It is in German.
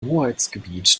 hoheitsgebiet